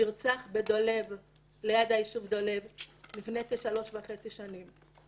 שנרצח ליד היישוב דולב לפני כשלוש וחצי שנים.